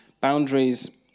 Boundaries